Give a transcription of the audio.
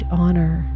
honor